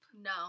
No